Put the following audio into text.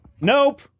Nope